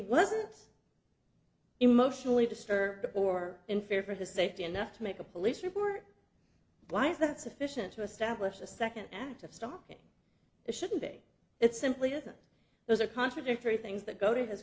wasn't emotionally disturbed or in fear for his safety enough to make a police report why is that sufficient to establish a second act of stalking shouldn't be it simply isn't those are contradictory things that go to his